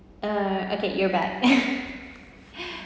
uh okay you're back